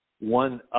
one